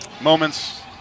moments